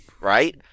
right